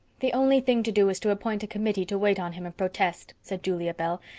the only thing to do is to appoint a committee to wait on him and protest, said julia bell,